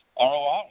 ROI